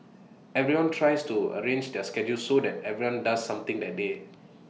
everyone tries to arrange their schedules so that everyone does something that day